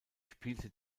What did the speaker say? spielte